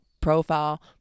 profile